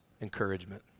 encouragement